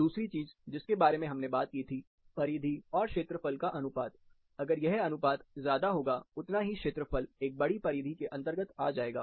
दूसरी चीज जिसके बारे में हमने बात की थी परिधि और क्षेत्रफल का अनुपात अगर यह अनुपात ज्यादा होगा उतना ही क्षेत्रफल एक बड़ी परिधि के अंतर्गत आ जाएगा